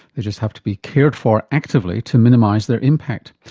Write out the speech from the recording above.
they just have to be cared for actively to minimise their impact.